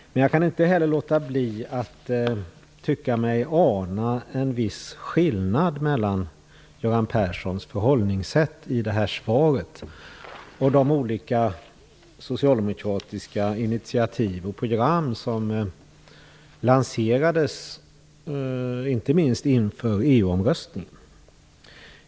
Jag kan inte heller låta bli att tycka mig ana en viss skillnad mellan Göran Perssons förhållningssätt i svaret och de olika socialdemokratiska initiativ och program som lanserades inte minst inför EU omröstningen.